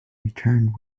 returned